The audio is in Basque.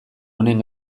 honen